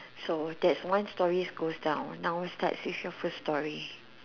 so that's one story goes down now start with your first story